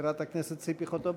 ציפי חוטובלי,